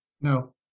No